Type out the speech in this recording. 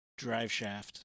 Driveshaft